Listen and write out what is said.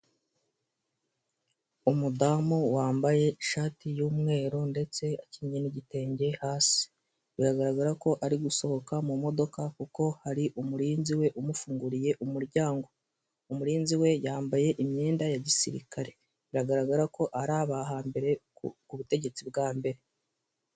Umudamu wambaye ishati y'umweru ndetse akinyeye n'igitenge hasi, biragaragara ko ari gusohoka mu modoka kuko hari umurinzi we umufunguriye umuryango. Umurinzi we yambaye imyenda ya gisirikare biragaragara ko ari abo hambere ku butegetsi bwa mbere.